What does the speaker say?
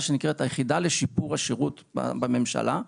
שנקראת "היחידה לשיפור השירות בממשלה",